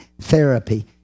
therapy